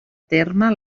terme